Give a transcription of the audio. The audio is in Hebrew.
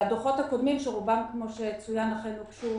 והדוחות הקודמים שרובם, כמו שצוין, אכן הוגשו